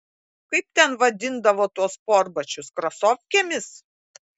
kaip ten vadindavo tuos sportbačius krasofkėmis